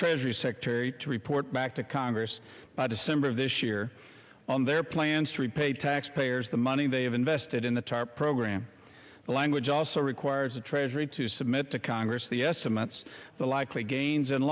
treasury secretary to report back to congress by december of this year on their plans to repay taxpayers the money they have invested in the tarp program the language also requires the treasury to submit to congress the estimates the likely gains and